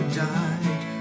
died